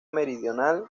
meridional